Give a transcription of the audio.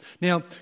Now